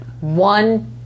one